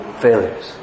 failures